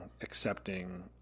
accepting